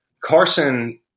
Carson